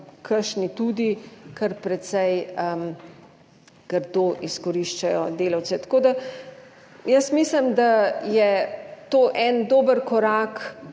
kar precej grdo izkoriščajo delavce. Tako da jaz mislim, da je to en dober korak